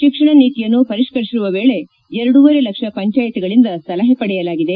ಶಿಕ್ಷಣ ನೀತಿಯನ್ನು ಪರಿಷ್ಠರಿಸುವ ವೇಳೆ ಎರಡೂವರೆ ಲಕ್ಷ ಪಂಚಾಯತ್ಗಳಿಂದ ಸಲಹೆ ಪಡೆಯಲಾಗಿದೆ